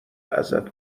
ازت